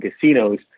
casinos